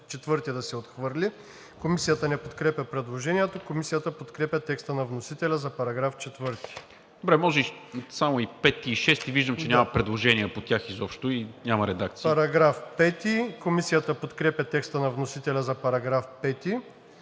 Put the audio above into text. Комисията не подкрепя предложението. Комисията подкрепя текста на вносителя за §